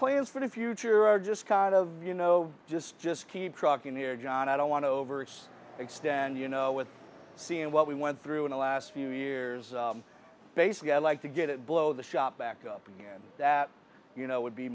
plans for the future or just kind of you know just just keep trucking here john i don't want to over it's extend you know with seeing what we went through in the last few years basically i'd like to get it blow the shop back up again that you know would be